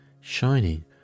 shining